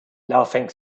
laughing